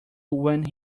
when